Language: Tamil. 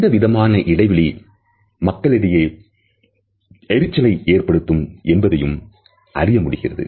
எந்த விதமான இடைவெளி மக்களிடையே எரிச்சலை ஏற்படுத்தும் என்பதையும் அறிய முடிகிறது